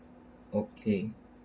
okay